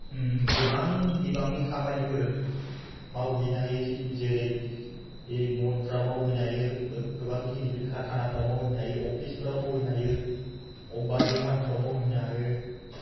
गोबां बिबांनि खामानिफोर मावहैनो हायो जेरै मलफ्राव मावहैनो हायो गोबां गिदिर गिदिर कारखानाफ्राव मावहैनो हायो अफिसफ्राव मावहैनो हायो बबेबा दखानफ्राव मावहैनो हायो